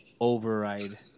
Override